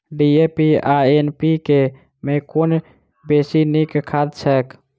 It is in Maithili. डी.ए.पी आ एन.पी.के मे कुन बेसी नीक खाद छैक?